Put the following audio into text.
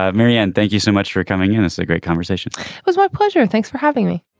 ah marianne thank you so much for coming in. it's a great conversation. it was my pleasure. thanks for having me